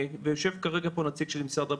ויושב פה כרגע נציג של משרד הבריאות,